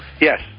Yes